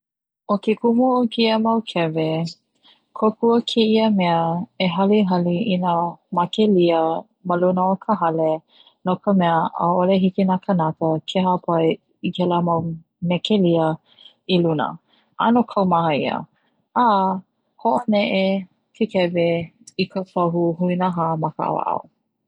ʻO ke kumu o keia mau kewe, kokua keia mea e halihali i na makelia ma luna o ka hale no ka mea ʻaʻole hiki na kanaka ke hapai kela mau mea mekelia i luna ʻano kaumaha ʻia, a hoʻoneʻe ke kewe i ka pahu huinahā ma ka ʻaoʻao.